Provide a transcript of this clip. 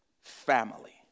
family